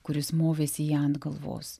kuris movėsi ją ant galvos